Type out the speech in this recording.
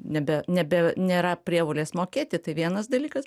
nebe nebe nėra prievolės mokėti tai vienas dalykas